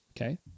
okay